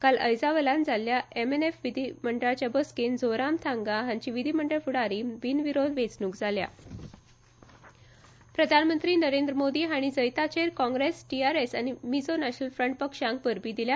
काल अयझवालात जाल्ल्या एम एन एफ विधीमंडळाच्या बसकेत झोराम थांगा हांची विधीमंडळ फूडारी म्ह्ण बिनविरोध वेचणूक जाल्या प्रधानमंत्री नरेंद्र मोदी हांणी जैताचेर काँग्रेस टीआरएस आनी मिझो नॅशनल फ्रंट पक्षाक परबी दिल्या